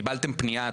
קיבלתם פנייה,